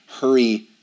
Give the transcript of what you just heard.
hurry